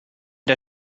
der